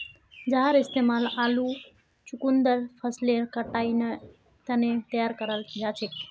जहार इस्तेमाल आलू चुकंदर फसलेर कटाईर तने तैयार कराल जाछेक